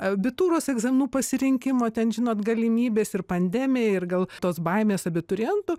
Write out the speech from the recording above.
abitūros egzaminų pasirinkimo ten žinot galimybės ir pandemija ir gal tos baimės abiturientų